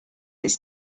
it’s